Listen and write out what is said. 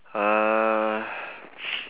uh